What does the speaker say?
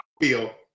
feel